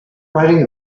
riding